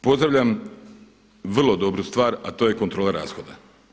Pozdravljam vrlo dobru stvar a to je kontrola rashoda.